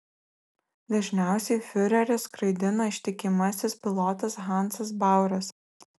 dažniausiai fiurerį skraidino ištikimasis pilotas hansas bauras